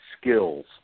skills